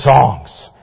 songs